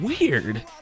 weird